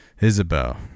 Isabel